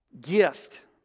Gift